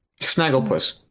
Snagglepuss